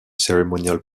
ceremonial